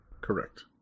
Correct